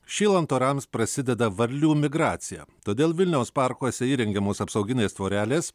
šylant orams prasideda varlių migracija todėl vilniaus parkuose įrengiamos apsauginės tvorelės